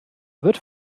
wird